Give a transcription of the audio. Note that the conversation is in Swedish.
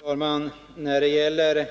Fru talman! När det gäller